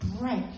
break